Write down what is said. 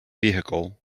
vehicle